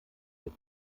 wird